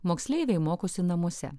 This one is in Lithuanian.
moksleiviai mokosi namuose